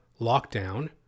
lockdown